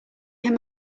him